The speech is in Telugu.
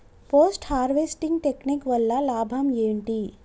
పోస్ట్ హార్వెస్టింగ్ టెక్నిక్ వల్ల లాభం ఏంటి?